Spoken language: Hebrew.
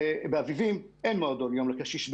ובאביבים אין מועדון יום לקשיש.